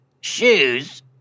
Shoes